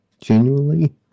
genuinely